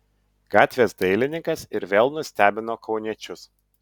gatvės dailininkas ir vėl nustebino kauniečius